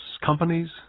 companies